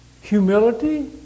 humility